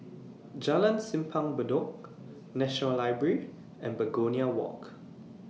Jalan Simpang Bedok National Library and Begonia Walk